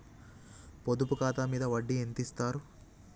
పొదుపు ఖాతా మీద వడ్డీ ఎంతిస్తరు?